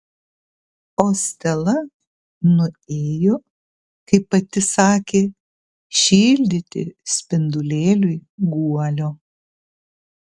o stela nuėjo kaip pati sakė šildyti spindulėliui guolio